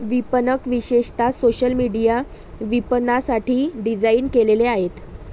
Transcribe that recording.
विपणक विशेषतः social media विपणनासाठी डिझाइन केलेले आहेत